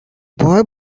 boy